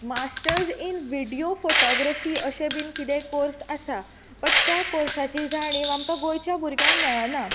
masters in video photography अशें बीन कितेंय कोर्स आसा बट त्या कोर्साची जाणीव आमकां गोंयच्या भुरग्यांक मेळना